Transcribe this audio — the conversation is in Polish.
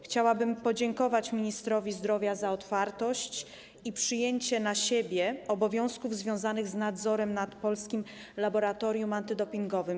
Chciałabym podziękować ministrowi zdrowia za otwartość i przyjęcie na siebie obowiązków związanych z nadzorem nad Polskim Laboratorium Antydopingowym.